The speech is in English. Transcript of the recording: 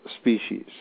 species